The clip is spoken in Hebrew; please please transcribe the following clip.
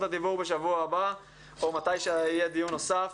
הדיבור בשבוע הבא או מתי שיהיה דיון נוסף.